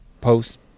post